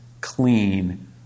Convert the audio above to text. clean